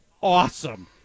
awesome